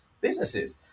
businesses